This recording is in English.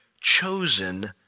chosen